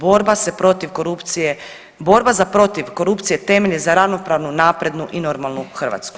Borba se protiv korupcije, borba za protiv korupcije temelj je za ravnopravnu, naprednu i normalnu Hrvatsku.